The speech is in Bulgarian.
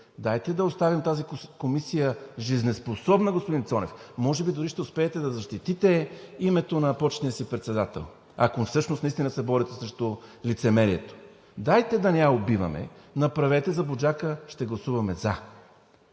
дайте да оставим тази комисия жизнеспособна, господин Цонев. Може би дори ще успеете да защитите името на почетния си председател, ако всъщност наистина се борите срещу лицемерието, дайте да не я убиваме. Направете за Буджака – ще гласуваме „за“.